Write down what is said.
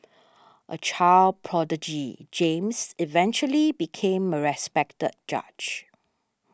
a child prodigy James eventually became a respected judge